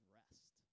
rest